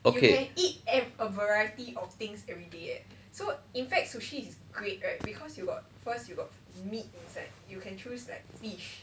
okay